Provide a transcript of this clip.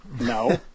No